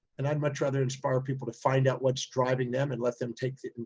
and i'd much rather inspire people to find out what's driving them and let them take it.